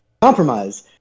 compromise